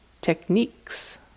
techniques